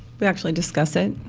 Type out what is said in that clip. we actually discuss it.